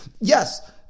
Yes